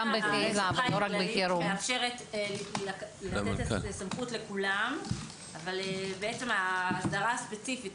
מאפשרת לתת סמכות לכולם אבל ההסדרה הספציפית